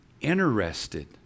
interested